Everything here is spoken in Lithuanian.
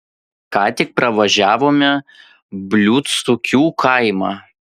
ką tik pravažiavome bliūdsukių kaimą